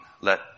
let